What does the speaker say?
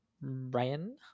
Ryan